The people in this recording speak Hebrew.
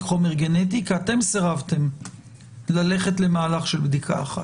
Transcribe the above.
חומר גנטי כי אתם סירבתם ללכת למהלך של בדיקה אחת.